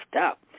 up